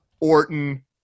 Orton